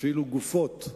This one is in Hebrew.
אפילו גופות,